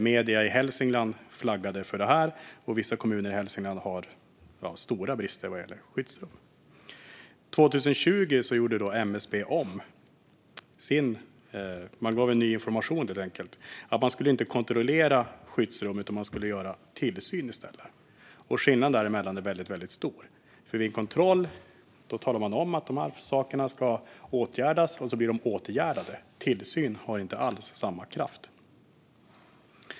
Medier i Hälsingland flaggade för detta, och vissa kommuner i Hälsingland har stora brister vad gäller skyddsrum. År 2020 gav MSB ny information. Man skulle inte kontrollera skyddsrum, utan man skulle i stället göra tillsyn. Skillnaden däremellan är väldigt stor. Vid kontroll talar man om vad som ska åtgärdas, och så blir det åtgärdat. Tillsyn har inte alls samma kraft.